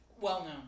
well-known